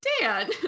Dan